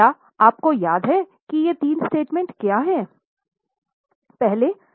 क्या आपको याद है कि तीन स्टेटमेंट्स क्या हैं